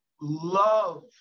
love